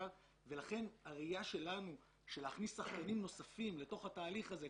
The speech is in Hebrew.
להכניס שחקנים נוספים לתוך התהליך הזה,